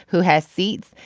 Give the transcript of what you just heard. who has seats.